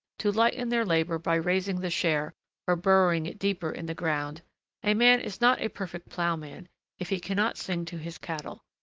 to lighten their labor by raising the share or burying it deeper in the ground a man is not a perfect ploughman if he cannot sing to his cattle,